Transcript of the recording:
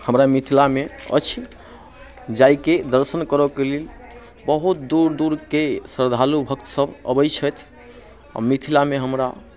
हमरा मिथिलामे अछि जाहिके दर्शन करयके लेल बहुत दूर दूरके श्रद्धालु भक्तसभ अबैत छथि आओर मिथिलामे हमरा